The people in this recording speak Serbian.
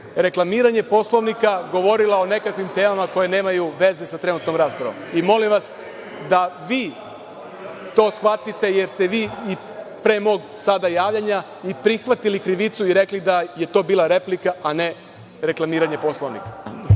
reklamiranje Poslovnika govorila o nekakvim temama koje nemaju veze sa trenutnom raspravom. Molim vas da vi to shvatite, jer ste vi i pre mog sada javljanja prihvatili krivicu i rekli da je to bila replika, a ne reklamiranje Poslovnika.